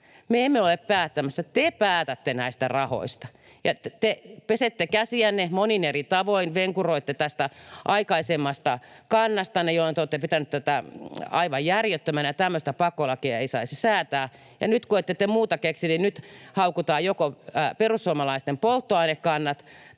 Me emme ole päättämässä. Te päätätte näistä rahoista, ja te pesette käsiänne monin eri tavoin. Venkuroitte tästä aikaisemmasta kannastanne, jolloin te olette pitäneet tätä aivan järjettömänä, tämmöistä pakkolakia ei saisi säätää, ja nyt kun te ette muuta keksi, haukutaan joko perussuomalaisten polttoainekannat